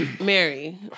Mary